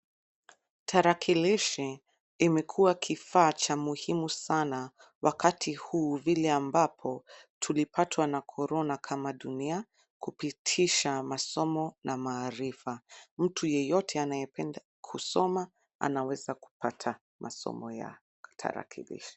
Tarakilishi imekuwa kifaa cha muhimu sana wakati huu vile ambapo tulipatwa na cs[Corona]cs kama dunia, kupitisha masomo na maarifa. Mtu yeyote anayependa kusoma anaweza kupata masomo ya tarakilishi.